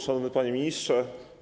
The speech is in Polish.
Szanowny Panie Ministrze!